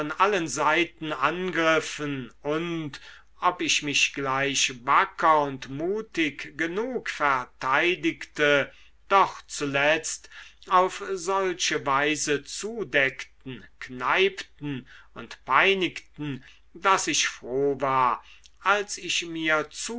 allen seiten angriffen und ob ich mich gleich wacker und mutig genug verteidigte doch zuletzt auf solche weise zudeckten kneipten und peinigten daß ich froh war als ich mir